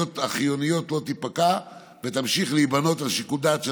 החיוניות לא תפקע ותמשיך להיבנות על שיקול הדעת של